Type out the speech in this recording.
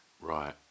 Right